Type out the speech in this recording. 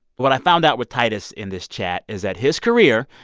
what i found out with titus in this chat is that his career,